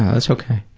that's ok.